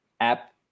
app